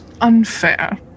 unfair